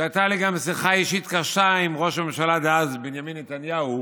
שהייתה לי גם שיחה אישית קשה עם ראש הממשלה דאז בנימין נתניהו